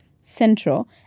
central